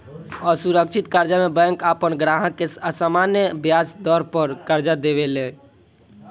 असुरक्षित कर्जा में बैंक आपन ग्राहक के सामान्य ब्याज दर पर कर्जा देवे ले